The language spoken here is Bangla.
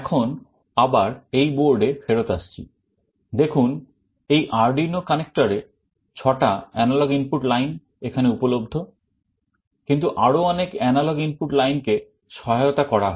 এখন আবার এই বোর্ডে এখানে উপলব্ধ কিন্তু আরো অনেক এনালগ ইনপুট লাইনকে সহায়তা করা হয়